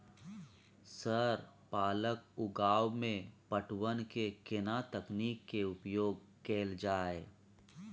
Sir पालक उगाव में पटवन के केना तकनीक के उपयोग कैल जाए?